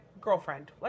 Girlfriend